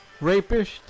rapist